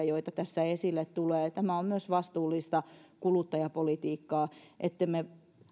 joita tässä esille tulee tämä on myös vastuullista kuluttajapolitiikkaa ettemme